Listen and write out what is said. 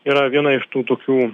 yra viena iš tų tokių